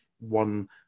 one